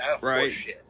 Right